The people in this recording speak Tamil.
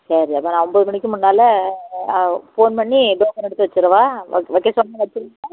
சரி அப்போ நான் ஒன்போது மணிக்கு முன்னால் ஃபோன் பண்ணி டோக்கன் எடுத்து வச்சுரவா வைக் வைக்க சொன்னால் வச்சுருவாங்களா